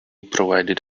provided